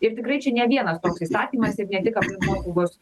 ir tikrai čia ne vienas toks įstatymas ir ne tik aplinkosaugos